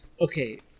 Okay